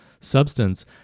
substance